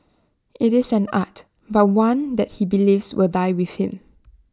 IT is an art but one that he believes will die with him